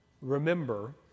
remember